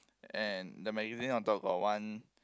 and the magazine on top got one